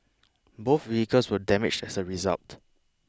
both vehicles were damaged as a result